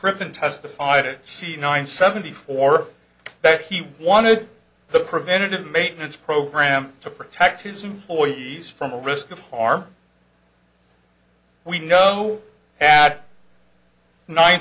pen testified it si nine seventy four that he wanted the preventative maintenance program to protect his employees from the risk of harm we know that nine